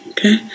Okay